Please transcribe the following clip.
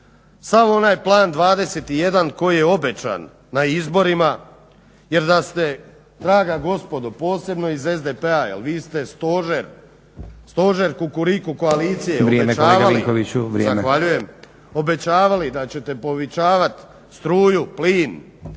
Sav onaj Plan 21 koji je obećan na izborima jer da ste draga gospodo posebno iz SDP jer vi ste stožer Kukuriku koalicije obećavali… **Stazić, Nenad